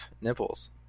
nipples